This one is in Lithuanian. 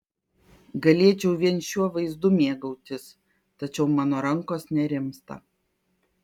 galėčiau vien šiuo vaizdu mėgautis tačiau mano rankos nerimsta